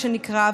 מה שנקרא,